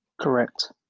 Correct